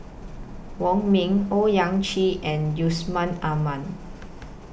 Wong Ming Owyang Chi and Yusman Aman